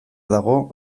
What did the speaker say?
dago